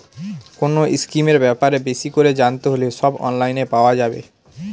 কোনো স্কিমের ব্যাপারে বেশি করে জানতে হলে সব অনলাইনে পাওয়া যাবে